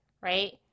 right